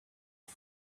است